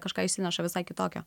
kažką išsineša visai kitokio